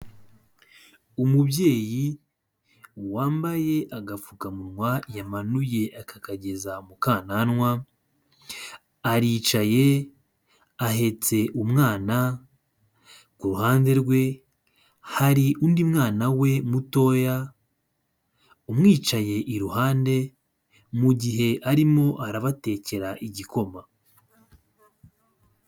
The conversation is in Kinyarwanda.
Umubyeyi wambaye agapfukamunwa yamanuye akakageza mukananwa aricaye ahetse umwana, ku ruhande rwe hari undi mwana we mutoya umwicaye iruhande mu gihe arimo arabatekera igikoma.